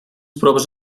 proves